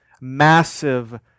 massive